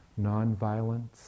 nonviolence